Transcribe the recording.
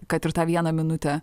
kad ir tą vieną minutę